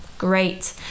great